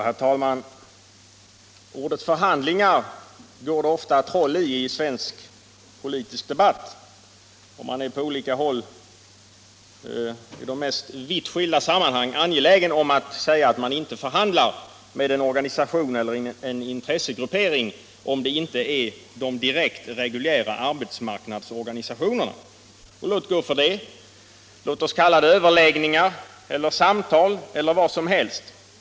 Herr talman! Ordet förhandlingar går det ofta troll i i svensk politisk debatt, och man är på olika håll i de mest vitt skilda sammanhang angelägen om att säga att man inte förhandlar med en organisation eller en intressegruppering, om det inte direkt gäller de reguljära arbetsmarknadsorganisationerna. Låt gå för det, låt oss kalla det överläggningar eller samtal eller vad som helst.